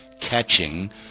catching